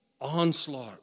onslaught